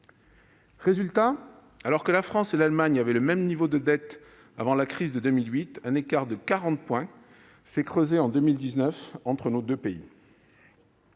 Résultat : alors que la France et l'Allemagne avaient le même niveau de dette avant la crise de 2008, un écart de 40 points s'est creusé entre elles en 2019.